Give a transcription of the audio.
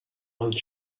one